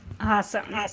awesome